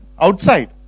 outside